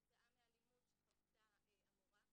כתוצאה מאלימות שחוותה המורה.